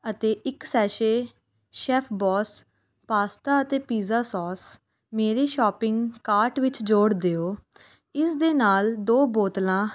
ਅਤੇ ਇੱਕ sachet Chef Boss pasta ਅਤੇ ਪੀਜ਼ਾ ਸੌਸ ਮੇਰੇ ਸ਼ਾਪਿੰਗ ਕਾਰਟ ਵਿੱਚ ਜੋੜ ਦਿਓ ਇਸ ਦੇ ਨਾਲ ਦੋ ਬੋਤਲਾਂ